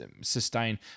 sustain